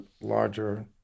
larger